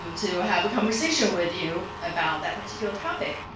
um to have a conversation with you about that particular topic.